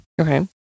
Okay